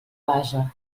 basa